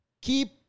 keep